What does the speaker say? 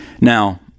Now